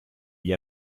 gli